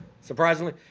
surprisingly